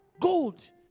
Gold